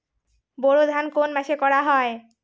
বোরো ধান কোন মাসে করা হয়?